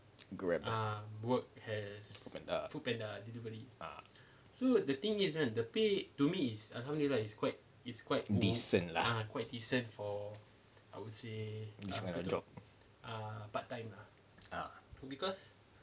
Grab Foodpanda ah decent lah this kind of job ah